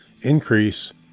increase